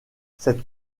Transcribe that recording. cette